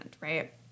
right